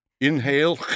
Inhale